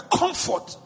comfort